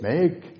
Make